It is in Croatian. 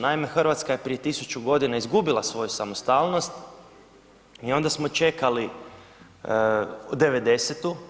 Naime, Hrvatska je prije 1000 godina izgubila svoju samostalnost i onda smo čekali '90.-tu.